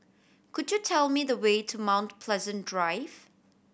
could you tell me the way to Mount Pleasant Drive